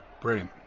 Brilliant